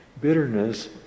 Bitterness